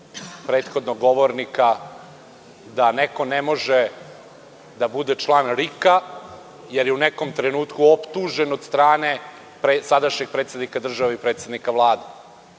prethodnog govornika da neko ne može da bude član RIK, jer je u nekom trenutku optužen od strane sadašnjeg predsednika države i predsednika Vlade.